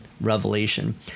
Revelation